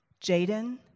Jaden